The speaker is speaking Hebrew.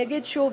אני אגיד שוב,